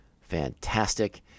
fantastic